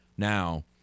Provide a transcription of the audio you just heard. Now